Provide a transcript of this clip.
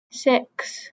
six